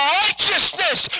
righteousness